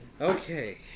Okay